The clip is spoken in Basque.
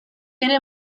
ere